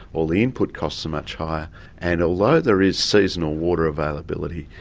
all the input costs are much higher and although there is seasonal water availability,